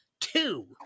two